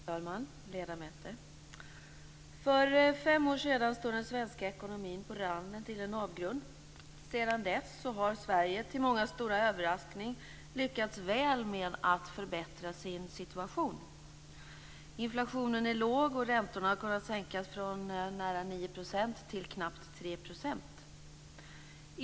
Fru talman, ledamöter! För fem år sedan stod den svenska ekonomin på randen till en avgrund. Sedan dess har Sverige till mångas stora överraskning lyckats väl med att förbättra sin situation. Inflationen är låg, och räntorna har kunnat sänkas från nära 9 % till knappt 3 %.